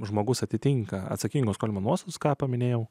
žmogus atitinka atsakingos kulminuos mūsų ką paminėjau